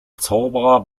zauberer